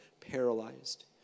paralyzed